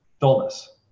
dullness